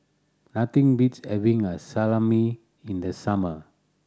nothing beats having a Salami in the summer